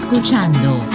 Escuchando